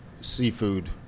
seafood